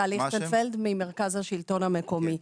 רויטל ליכטנפלד ממרכז השלטון המקומי.